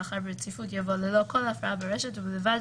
לאחר "ברציפות" יבוא "ללא כל הפרעה ברשת ובלבד